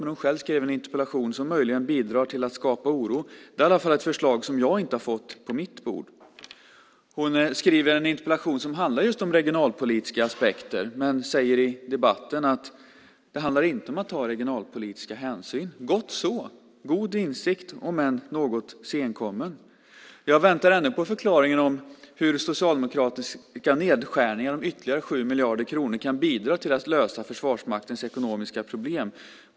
Men hon själv har skrivit en interpellation som möjligen bidrar till att skapa oro. Det är i alla fall ett förslag som jag inte har fått på mitt bord. Hon har skrivit en interpellation som handlar just om regionalpolitiska aspekter, men säger i debatten att det inte handlar om att ta regionalpolitiska hänsyn. Gott så! Det är en god insikt, om än något senkommen. Jag väntar ännu på förklaringen om hur socialdemokratiska nedskärningar om ytterligare 7 miljarder kan bidra till att lösa Försvarsmaktens ekonomiska problem.